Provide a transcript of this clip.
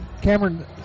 Cameron